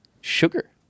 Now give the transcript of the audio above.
Sugar